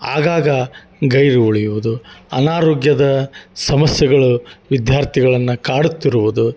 ಆಗಾಗ ಗೈರು ಉಳಿಯುವುದು ಅನಾರೋಗ್ಯದ ಸಮಸ್ಯೆಗಳು ವಿದ್ಯಾರ್ಥಿಗಳನ್ನು ಕಾಡುತ್ತಿರುವುದು